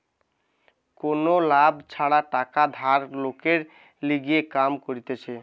কোনো লাভ ছাড়া টাকা ধার লোকের লিগে কাম করতিছে